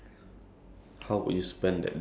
but everything you buy